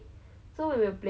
injury